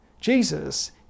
Jesus